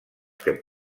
que